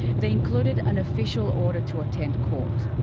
they included an official order to attend court.